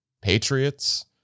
Patriots